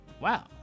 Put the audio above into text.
Wow